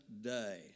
day